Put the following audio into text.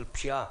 של פשיעה,